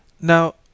Now